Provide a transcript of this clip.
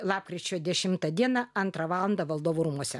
lapkričio dešimtą dieną antrą valandą valdovų rūmuose